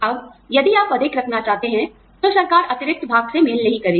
अब यदि आप अधिक रखना चाहते हैं तो सरकार अतिरिक्त भाग से मेल नहीं करेगी